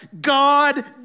God